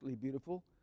beautiful